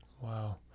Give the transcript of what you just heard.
Wow